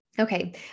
Okay